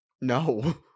No